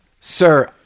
sir